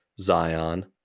Zion